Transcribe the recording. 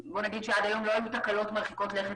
עד היום לא היו תקלות מרחיקות לכת